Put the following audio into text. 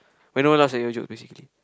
when no one laughs at your joke basically